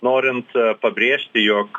norint pabrėžti jog